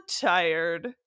tired